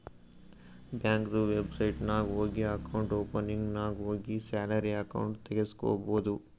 ಬ್ಯಾಂಕ್ದು ವೆಬ್ಸೈಟ್ ನಾಗ್ ಹೋಗಿ ಅಕೌಂಟ್ ಓಪನಿಂಗ್ ನಾಗ್ ಹೋಗಿ ಸ್ಯಾಲರಿ ಅಕೌಂಟ್ ತೆಗುಸ್ಕೊಬೋದು